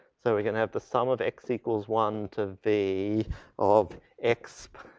so, we gonna have the sum of x equals one to v of exp